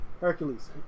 Hercules